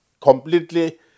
completely